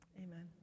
Amen